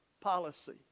policy